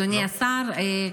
אדוני השר,